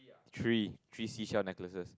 three three seashell necklaces